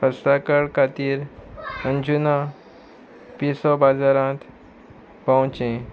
अस्ट्राकाळ खातीर अंजुना पिसो बाजारांत पोवचें